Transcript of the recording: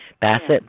Bassett